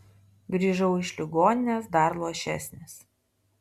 grįžau iš ligoninės dar luošesnis